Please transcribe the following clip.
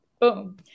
Boom